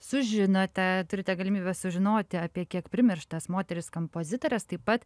sužinote turite galimybę sužinoti apie kiek primirštas moteris kampozitores taip pat